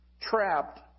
Trapped